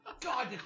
God